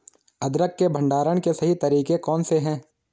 अदरक के भंडारण के सही तरीके कौन से हैं?